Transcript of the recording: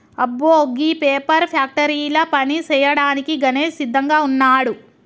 అబ్బో గీ పేపర్ ఫ్యాక్టరీల పని సేయ్యాడానికి గణేష్ సిద్దంగా వున్నాడు